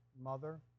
mother